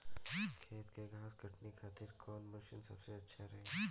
खेत से घास कटनी करे खातिर कौन मशीन सबसे अच्छा रही?